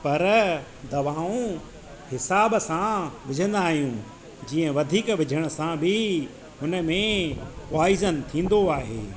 पर दवाऊं हिसाब सां विझंदा आहियूं जीअं वधीक विझण सां बि हुनमें पॉइजन थींदो आहे